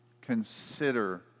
consider